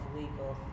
legal